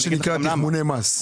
מה שנקרא תחמוני מס.